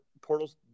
portals